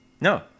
No